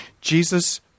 Jesus